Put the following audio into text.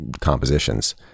compositions